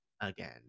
again